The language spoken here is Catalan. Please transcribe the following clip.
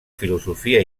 filosofia